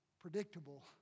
predictable